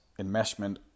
enmeshment